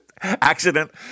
Accident